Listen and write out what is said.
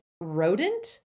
rodent